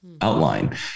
outline